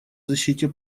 защите